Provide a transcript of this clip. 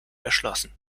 erschlossen